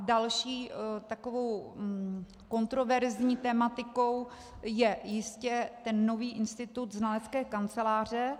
Další takovou kontroverzní tematikou je jistě ten nový institut znalecké kanceláře.